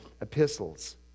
epistles